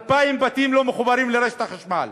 2,000 בתים לא מחוברים לרשת החשמל,